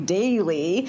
daily